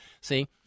See